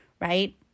right